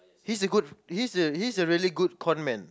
he's a good he's a he's a really good conman